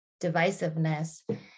divisiveness